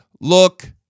look